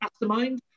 Mastermind